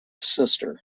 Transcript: sister